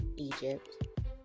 egypt